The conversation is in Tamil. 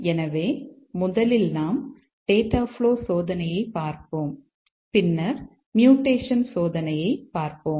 எனவே முதலில் நாம் டேட்டாஃப்ளோ சோதனையைப் பார்ப்போம் பின்னர் மியூடேஷன் சோதனையைப் பார்ப்போம்